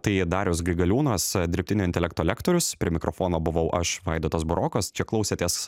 tai darius grigaliūnas dirbtinio intelekto lektorius prie mikrofono buvau aš vaidotas barokas čia klausėtės